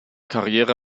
karriere